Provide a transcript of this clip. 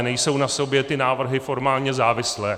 Nejsou na sobě ty návrhy formálně závislé.